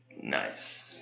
Nice